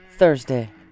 Thursday